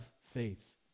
faith